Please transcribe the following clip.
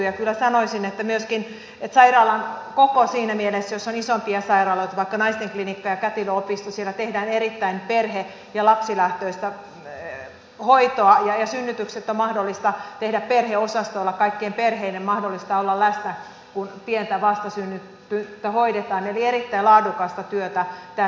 ja kyllä sanoisin myöskin että sairaalan koko vaikuttaa siinä mielessä että jos on isompia sairaaloita vaikka naistenklinikka ja kätilöopisto siellä tehdään erittäin perhe ja lapsilähtöistä hoitoa ja synnytykset on mahdollista tehdä perheosastoilla kaikkien perheiden mahdollista olla läsnä kun pientä vastasyntynyttä hoidetaan eli erittäin laadukasta työtä tässä on